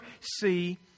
see